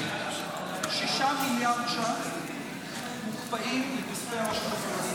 6 מיליארד ש"ח מוקפאים מכספי הרשות הפלסטינית.